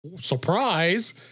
Surprise